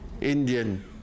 Indian